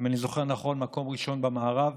אם אני זוכר נכון, מקום ראשון במערב.